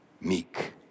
Meek